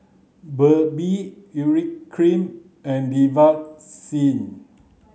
Burt Bee Urea cream and